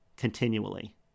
continually